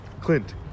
Clint